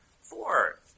Four